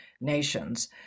nations